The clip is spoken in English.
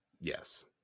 Yes